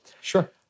Sure